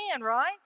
right